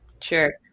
Sure